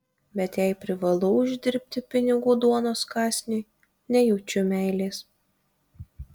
bet jei privalau uždirbti pinigų duonos kąsniui nejaučiu meilės